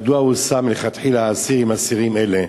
1. מדוע הושם מלכתחילה האסיר עם אסירים אלה?